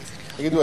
תגידו,